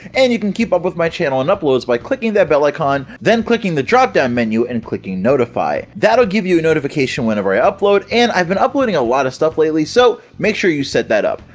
and you can keep up with my channel and uploads by clicking that bell icon, then clicking the drop down menu and clicking notify! that'll give you a notification whenever i upload and i've been uploading a lot of stuff lately so make sure you set that up!